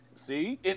See